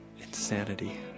insanity